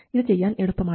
ഇത് ചെയ്യാൻ എളുപ്പമാണ്